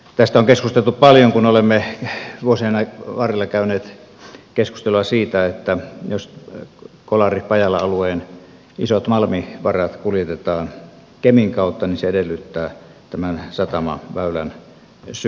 tästä on keskusteltu paljon kun olemme vuosien varrella käyneet keskustelua siitä että jos kolaripajala alueen isot malmivarat kuljetetaan kemin kautta niin se edellyttää tämän satamaväylän syventämistä